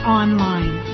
online